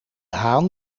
haan